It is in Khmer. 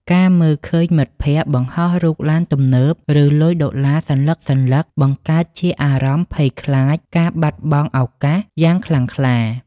ការមើលឃើញមិត្តភក្តិបង្ហោះរូបឡានទំនើប ឬលុយដុល្លារសន្លឹកៗ បង្កើតជាអារម្មណ៍ភ័យខ្លាចការបាត់បង់ឱកាស យ៉ាងខ្លាំងក្លា។